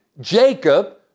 Jacob